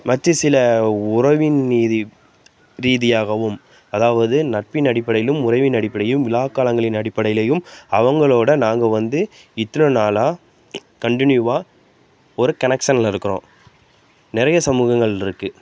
மற்ற சில உறவின் ரீதி ரீதியாகவும் அதாவது நட்பின் அடிப்படையிலும் உறவின் அடிப்படையும் விழாக்காலங்களின் அடிப்படையிலையும் அவங்களோட நாங்கள் வந்து இத்தனை நாளாக கன்ட்டினியூவாக ஒரு கனெக்ஷன் இருக்கிறோம் நிறைய சமூகங்கள் இருக்கு